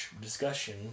Discussion